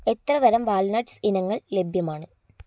എത്ര തരം വാൽനട്ട്സ് ഇനങ്ങൾ ലഭ്യമാണ്